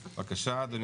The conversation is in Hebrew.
אגב,